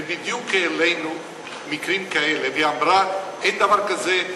והעלינו בדיוק מקרים כאלה והיא אמרה: אין דבר כזה,